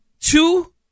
two